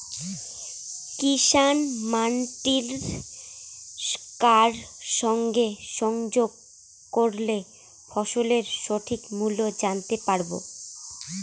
কিষান মান্ডির কার সঙ্গে যোগাযোগ করলে ফসলের সঠিক মূল্য জানতে পারবো?